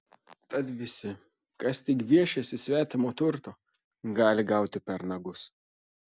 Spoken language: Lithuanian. tad visi kas tik gviešiasi svetimo turto gali gauti per nagus